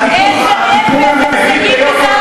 איזה הישגים מתקופת כהונתך ייכנסו להיסטוריה?